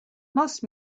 most